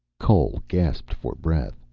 cole gasped for breath.